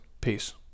Peace